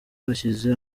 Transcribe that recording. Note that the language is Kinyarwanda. bashyize